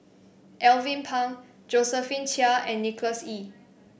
Alvin Pang Josephine Chia and Nicholas Ee